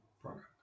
product